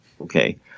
okay